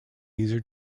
user